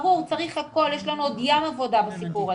ברור, צריך הכול, יש לנו עוד ים עבודה בסיפור הזה.